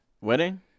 Wedding